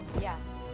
Yes